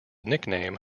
nickname